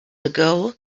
ago